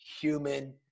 human